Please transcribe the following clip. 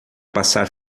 passar